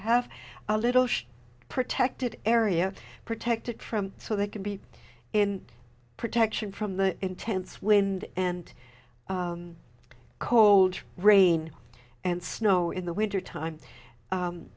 have a little protected area protected from so they can be in protection from the intense wind and cold rain and snow in the wintertime